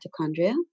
mitochondria